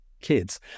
kids